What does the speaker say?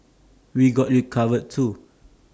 we got you covered too